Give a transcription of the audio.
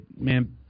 man